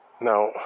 Now